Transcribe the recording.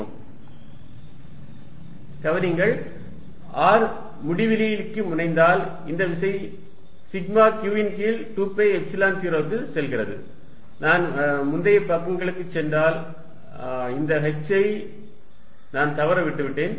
Fvertical2πσqh4π0hh2R2ydyy3σqh201h 1h2R2 கவனியுங்கள் R முடிவிலிக்கு முனைந்தால் இந்த விசை சிக்மா q ன் கீழ் 2 பை எப்சிலன் 0 க்கு செல்கிறது நான் முந்தைய பக்கத்திற்குச் சென்றால் இந்த h ஐ நான் தவற விட்டு விட்டேன்